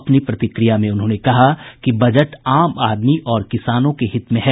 अपनी प्रतिक्रिया में उन्होंने कहा कि बजट आम आदमी और किसानों के हित में है